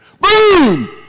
boom